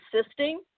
assisting